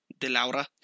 DeLaura